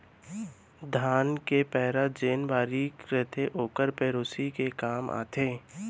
धान के पैरा जेन बारीक रथे ओहर पेरौसी के काम आथे